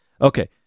Okay